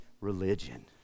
religion